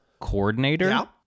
coordinator